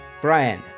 brian